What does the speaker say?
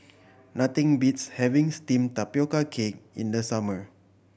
nothing beats having steamed tapioca cake in the summer